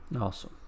Awesome